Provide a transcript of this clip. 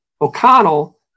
O'Connell